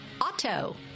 auto